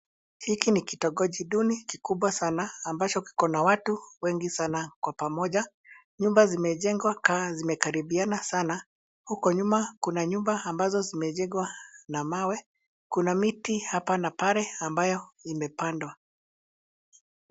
Hiki ni kitongoji duni kikubwa sana ambacho kiko na watu wengi sana kwa pamoja. Nyumba zimejengwa kama zinekaribiana sana. Huko nyuma kuna nyumba ambazo zimejengwa na mawe. Kuna miti hapa na pale ambayo imepandwa.